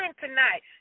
tonight